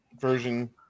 version